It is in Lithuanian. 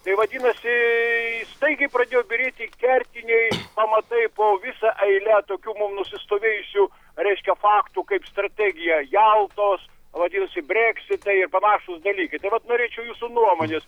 tai vadinasi staigiai pradėjo byrėti kertiniai pamatai po visa eile tokių mum nusistovėjusių reiškia faktų kaip strategija jaltos vadinasi breksitai ir panašūs dalykai tai vat norėčiau jūsų nuomonės